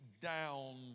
down